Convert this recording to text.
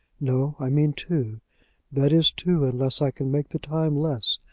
no i mean two that is two, unless i can make the time less.